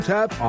Tap